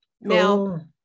now